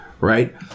right